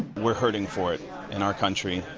we're hurting for it in our country.